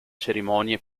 cerimonie